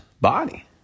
body